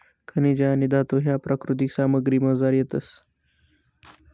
खनिजे आणि धातू ह्या प्राकृतिक सामग्रीमझार येतस